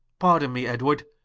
pardon me edward,